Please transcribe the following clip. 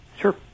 Sure